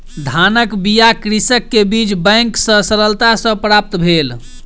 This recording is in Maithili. धानक बीया कृषक के बीज बैंक सॅ सरलता सॅ प्राप्त भेल